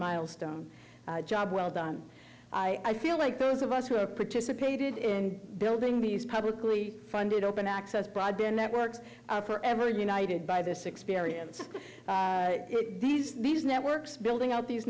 milestone job well done i feel like those of us who have participated in building these publicly funded open access broadband networks are forever united by this experience this these networks building up these